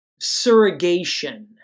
surrogation